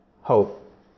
hope